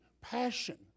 Passion